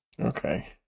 Okay